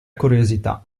curiosità